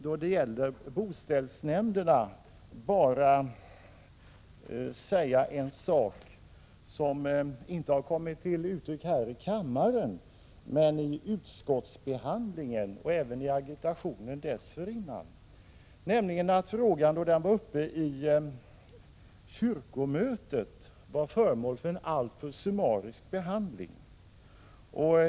Då det gäller boställsnämnderna vill jag bara beröra en sak som inte har kommit till uttryck här i kammaren men vid utskottsbehandlingen och även i agitationen dessförinnan, nämligen att frågan då den var uppe i kyrkomötet var föremål för en alltför summarisk behandling.